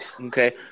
Okay